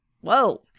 Whoa